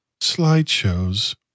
slideshows